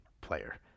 player